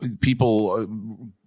people